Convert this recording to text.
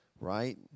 right